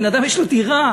בן-אדם יש לו דירה,